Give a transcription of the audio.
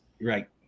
Right